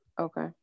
Okay